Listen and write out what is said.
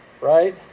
right